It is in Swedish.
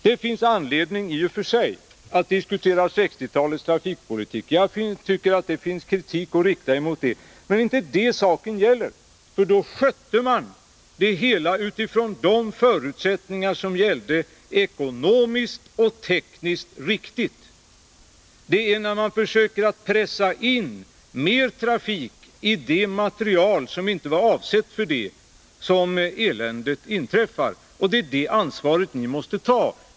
Det finns i och för sig anledning att diskutera 1960-talets trafikpolitik. Jag tycker att det finns kritik att rikta också emot den, men det är inte detta saken gäller. Då skötte man det hela ekonomiskt och tekniskt riktigt utifrån de förutsättningar som gällde. Det är när man försöker att pressa in mer trafik i den materiel som inte var avsedd för en sådan belastning som eländet inträffar, och det är ansvaret för det som ni måste ta.